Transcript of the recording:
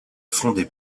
fondé